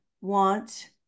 want